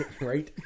right